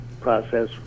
process